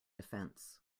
defense